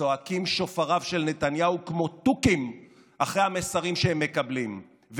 צועקים שופריו של נתניהו כמו תוכים אחרי המסרים שהם מקבלים.